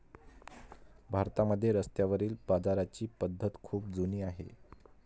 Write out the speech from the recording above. भारतामध्ये रस्त्यावरील बाजाराची पद्धत खूप जुनी आहे